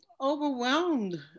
overwhelmed